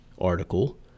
article